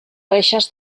reixes